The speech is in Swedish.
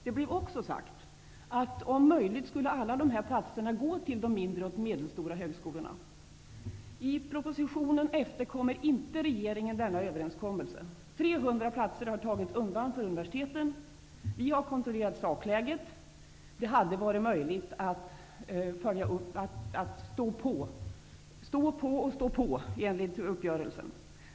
Det blev också bestämt att om möjligt skulle alla dessa platser gå till de mindre och medelstora högskolorna. I propositionen efterkommer inte regeringen denna överenskommelse. 300 platser har tagits undan för universiteten. Vi har kontrollerat sakläget och funnit att det hade varit möjligt att följa uppgörelsen.